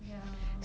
ya lor